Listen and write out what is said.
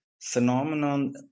phenomenon